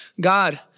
God